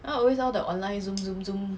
now always now the online zoom zoom zoom